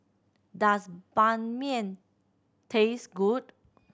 does Banh Mian taste good